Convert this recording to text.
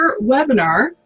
webinar